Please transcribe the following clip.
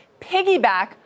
piggyback